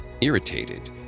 Irritated